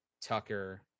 Tucker